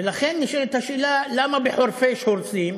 ולכן נשאלת השאלה, למה בחורפיש הורסים